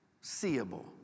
Seeable